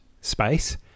space